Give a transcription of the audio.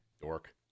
Dork